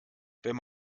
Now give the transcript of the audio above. wenn